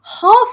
half